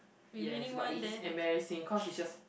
yes but it is embarrassing cause is just